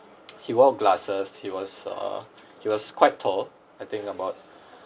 he wore glasses he was uh he was quite tall I think about